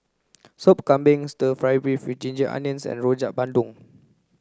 sop kambing stir fry beef with ginger onions and rojak bandung